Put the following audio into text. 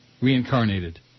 Reincarnated